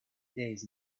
days